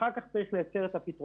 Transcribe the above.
אחר כך לייצר את הפתרונות.